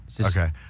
Okay